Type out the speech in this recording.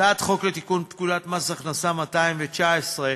הצעת חוק לתיקון פקודת מס הכנסה (מס' 219)